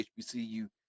HBCU